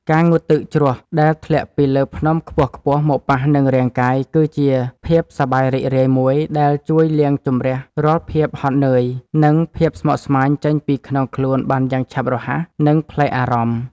ការងូតទឹកជ្រោះដែលធ្លាក់ពីលើភ្នំខ្ពស់ៗមកប៉ះនឹងរាងកាយគឺជាភាពសប្បាយរីករាយមួយដែលជួយលាងជម្រះរាល់ភាពហត់នឿយ និង ភាពស្មុគស្មាញចេញពីក្នុងខ្លួនបានយ៉ាងឆាប់រហ័ស និង ប្លែកអារម្មណ៍។